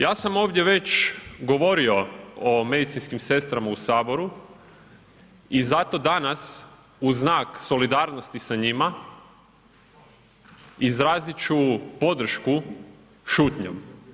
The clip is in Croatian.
Ja sam ovdje već o medicinskim sestrama u Saboru i zato danas u znak solidarnosti sa njima izrazit ću podršku šutnjom.